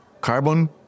carbon